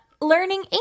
Learning